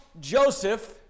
Joseph